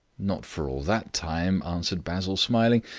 not for all that time, answered basil, smiling.